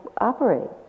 operate